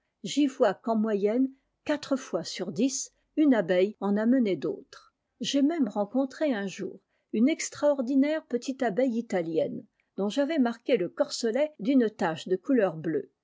j'y vois qu'en moyenne quatre fois sur dix une abeille en amenait d'autres j ai même rencontré un jour une extraordinaire petite abeille italienne dont j'avais marqué le corselet d'une tache de couleur bleue